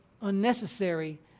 unnecessary